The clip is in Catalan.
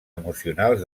emocionals